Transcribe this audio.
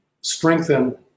strengthen